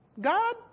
God